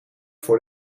voor